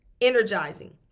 energizing